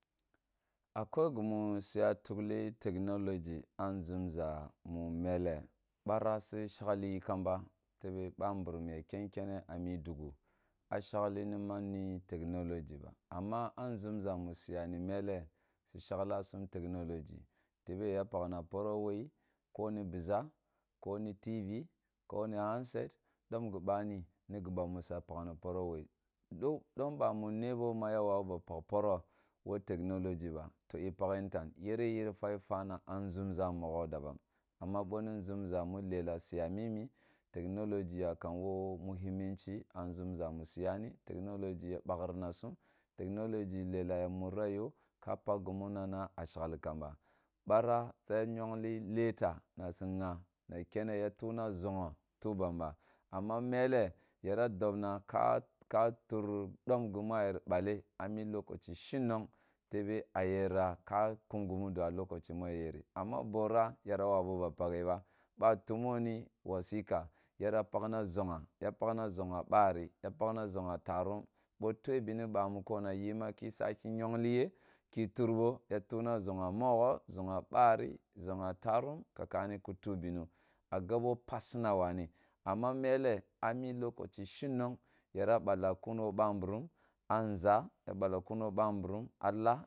Ah koh gimu suya tukheh technilogu ah nzumza mu meleh, barah su shekhiliyi kamba tebe babirim ken kenneh ah mi duguh a shekhi nimanni technology ba amma, ah nzumza mu suyani meleh su sheklasum technology tebe ya pakna paroh woh yi koni bizah, koni tevi, koni handset damp gi bani, ni gibani sum ah pak poroh woh yi. Domp bamī nebo ma ya wawu ba pakporoh woh technologu ba, toh yi paghe tan yeneh yiri fa fana a nzumza mogho dabban, amma boni nʒumza mi lelah su ya mimi, technology yakam woh muhimmaci ah nʒumza musi yana, technology ya bakrina sum, technology lelah ya mura yoh ka pakgi mi nana ah shekh kamba. Barch suya ngongli letter nasu ngah, na keni ya tuna nzuyha, tuh ban ba, amma melleh, yira dobna ka ka tur domp gima yer balleh ah mi lokacu shinnong tebe ah yera ka kum gomudoh a lokaci ma yeri amma borah, yena wawu ba pakhe ba, ba tumoni wasika yira pakna nʒugah, yira pakna nʒugah bari ya pakna nʒugha tarum boh twela beni ba mu kuna yima ki saki nyonfleyeh ki utrbo, ya tuna nʒugha mogho, nʒugah bari, nʒugha tarum kakani ki tu bene agabo passina waneh, amma melleh, ah mi lokaci shinnong yira ballah kun wo babirim ah zah, ya ballah kun woh babīrum ah lah.